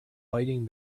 biting